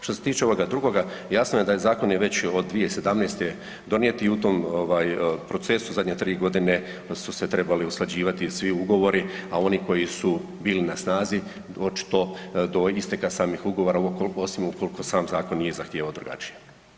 Što se tiče ovoga drugoga, jasno je da je zakon već od 2017. donijet i u tom procesu zadnje tri godine su se trebali usklađivati svi ugovori, a oni koji su bili na snazi očito do isteka samih ugovora osim ukoliko sam zakon nije zahtijevao drugačije.